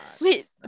Wait